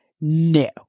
No